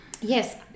Yes